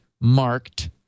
marked